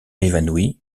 évanoui